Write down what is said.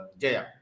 Jaya